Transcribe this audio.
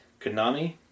Konami